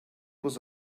was